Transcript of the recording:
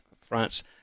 France